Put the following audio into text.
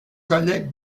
collecte